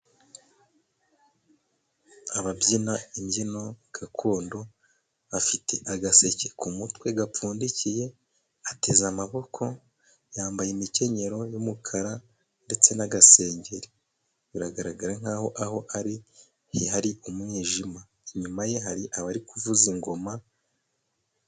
Ababyina imbyino gakondo afite agaseke ku mutwe gapfundikiye, ateze amaboko yambaye imikenyero y'umukara ndetse n'agasengeri, biragaragara nk'aho aho ari hari umwijima ,inyuma ye hari abari kuvuza ingoma.